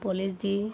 polish the